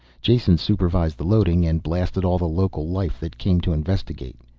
jason supervised the loading, and blasted all the local life that came to investigate.